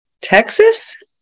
texas